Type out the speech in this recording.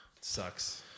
Sucks